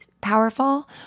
powerful